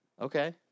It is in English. Okay